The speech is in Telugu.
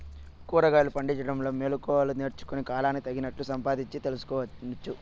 కూరగాయలు పండించడంలో మెళకువలు నేర్చుకుని, కాలానికి తగినట్లు సంపాదించు తెలుసుకోవచ్చు